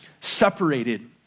separated